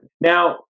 Now